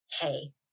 hey